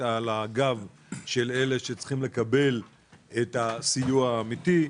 על הגב של אלה שצריכים לקבל את הסיוע האמיתי,